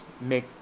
make